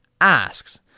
asks